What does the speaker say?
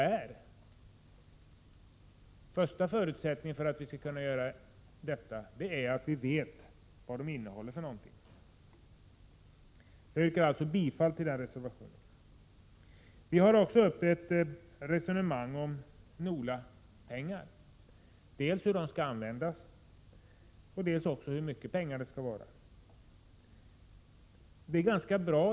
Den första förutsättningen för att detta skall vara möjligt är att man vet vad de innehåller. Jag yrkar bifall till reservation nr 12. Det förs också ett resonemang om NOLA-pengar, dels hur de skall användas, dels hur mycket pengar det skall vara.